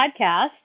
podcast